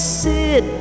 sit